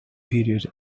period